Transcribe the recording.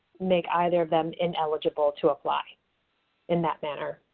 make either of them ineligible to apply in that manner.